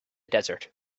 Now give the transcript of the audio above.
desert